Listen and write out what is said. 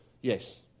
Yes